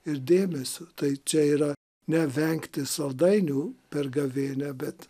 ir dėmesiu tai čia yra ne vengti saldainių per gavėnią bet